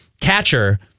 Catcher